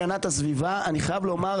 אני חייב לומר,